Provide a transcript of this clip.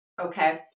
okay